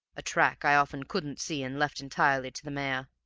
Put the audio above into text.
a track i often couldn't see and left entirely to the mare.